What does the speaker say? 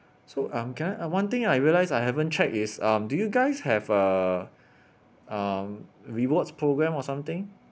so um can I uh one thing I realise I haven't check is um do you guys have a um rewards programme or something